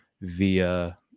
via